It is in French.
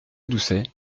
doucet